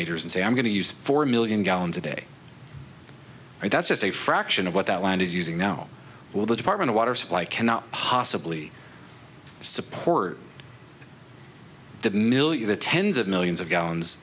meters and say i'm going to use four million gallons a day and that's just a fraction of what that land is using now will the department of water supply cannot possibly support that million the tens of millions of gallons